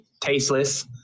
tasteless